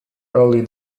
early